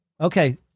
okay